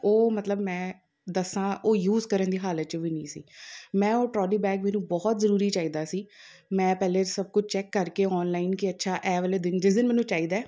ਉਹ ਮਤਲਬ ਮੈਂ ਦੱਸਾਂ ਉਹ ਯੂਜ਼ ਕਰਨ ਦੀ ਹਾਲਤ 'ਚ ਵੀ ਨਹੀਂ ਸੀ ਮੈਂ ਉਹ ਟਰੋਲੀ ਬੈਗ ਮੈਨੂੰ ਬਹੁਤ ਜ਼ਰੂਰੀ ਚਾਹੀਦਾ ਸੀ ਮੈਂ ਪਹਿਲੇ ਸਭ ਕੁਛ ਚੈੱਕ ਕਰਕੇ ਔਨਲਾਈਨ ਕਿ ਅੱਛਾ ਇਹ ਵਾਲੇ ਦਿਨ ਜਿਸ ਦਿਨ ਮੈਨੂੰ ਚਾਹੀਦਾ